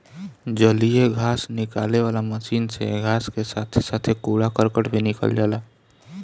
जलीय घास निकाले वाला मशीन से घास के साथे साथे कूड़ा करकट भी निकल जाला